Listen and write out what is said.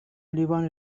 لیوان